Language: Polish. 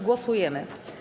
Głosujemy.